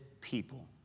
people